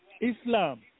Islam